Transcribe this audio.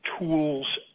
tools